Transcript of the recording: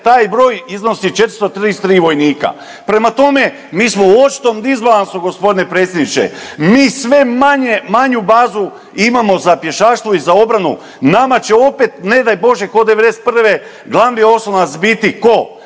taj broj iznosi 433 vojnika. Prema tome, mi smo u očitom disbalansu, g. predsjedniče. Mi sve manje, manju bazu imamo za pješaštvo i za obranu, nama će opet, ne daj Bože, k'o '91. glavni oslonac biti, tko?